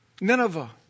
Nineveh